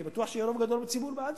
אני בטוח שיהיה רוב גדול בציבור בעד